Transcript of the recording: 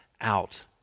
out